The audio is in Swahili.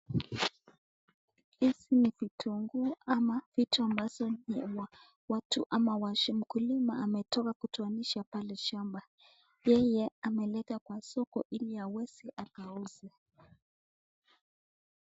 Hizi ni vitunguu ama vitu ambazo ulimwa ama watu uwasha .Mkulima ametoka kutoanisha pale shamba, yeye anamelete kwa soko iliaweze akauze.